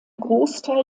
großteil